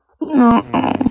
No